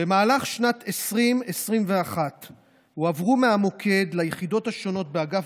במהלך שנת 2021 הועברו מהמוקד ליחידות השונות באגף